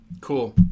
Cool